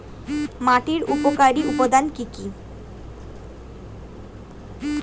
মাটির উপকারী উপাদান কি কি?